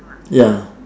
ya